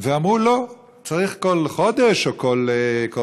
ואמרו: לא, צריך כל חודש, או כל זמן.